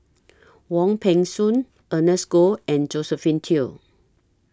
Wong Peng Soon Ernest Goh and Josephine Teo